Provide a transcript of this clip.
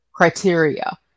criteria